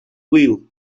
wheel